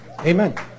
Amen